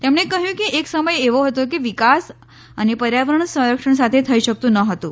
તેમણે કહયું કે એક સમય એવો હતો કે વિકાસ અને પર્યાવરણ સંરક્ષણ સાથે થઇ શકતુ ન હતું